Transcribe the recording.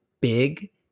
big